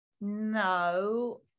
No